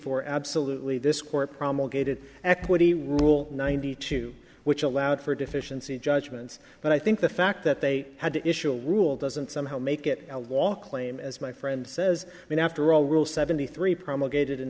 four absolutely this court promulgated equity rule ninety two which allowed for deficiency judgments but i think the fact that they had to issue a rule doesn't somehow make it a walk lame as my friend says i mean after all rule seventy three promulgated in